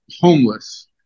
homeless